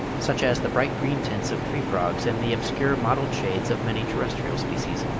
such as the bright green tints of tree frogs and the obscure mottled shades of many terrestrial species.